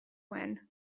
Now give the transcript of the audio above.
when